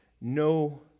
No